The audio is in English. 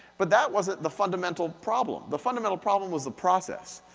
but that wasn't the fundamental problem, the fundamental problem was the process.